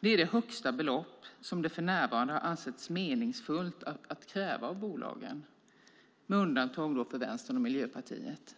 Det är det högsta belopp som det för närvarande har ansetts meningsfullt att kräva av bolagen, med undantag för Vänstern och Miljöpartiet.